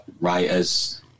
writers